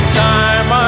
time